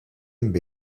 amb